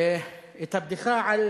את הבדיחה על